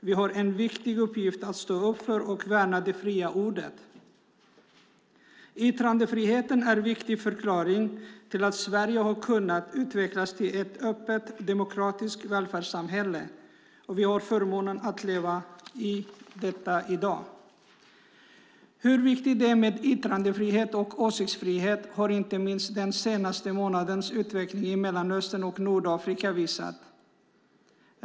Vi har en viktig uppgift att stå upp för och värna det fria ordet. Yttrandefriheten är en viktig förklaring till att Sverige har kunnat utvecklas till ett öppet, demokratiskt välfärdssamhälle, och vi har förmånen att leva i detta i dag. Hur viktigt det är med yttrandefrihet och åsiktsfrihet har inte minst den senaste månadens utveckling i Mellanöstern och Nordafrika visat.